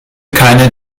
keine